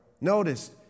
Notice